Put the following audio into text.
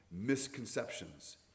misconceptions